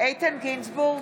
איתן גינזבורג,